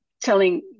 telling